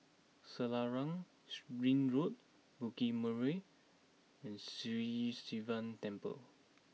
Selarang Ring Road Bukit Purmei and Sri Sivan Temple